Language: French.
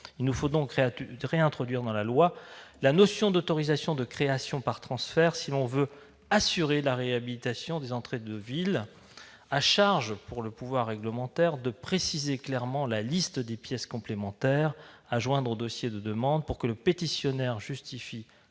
Il nous faut donc réintroduire dans la loi la notion d'autorisation de création par transfert, afin d'assurer la réhabilitation des entrées de ville, à charge pour le pouvoir réglementaire de préciser clairement la liste des pièces complémentaires à joindre au dossier de demande pour que le pétitionnaire justifie